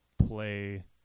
play